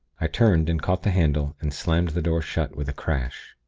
i turned, and caught the handle, and slammed the door shut, with a crash.